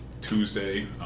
Tuesday